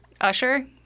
Usher